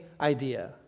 idea